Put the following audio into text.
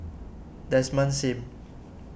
Desmond Sim